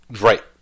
right